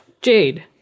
Jade